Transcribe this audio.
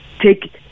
take